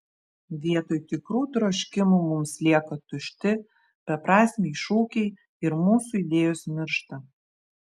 vietoj tikrų troškimų mums lieka tušti beprasmiai šūkiai ir mūsų idėjos miršta